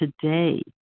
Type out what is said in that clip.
today